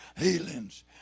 healings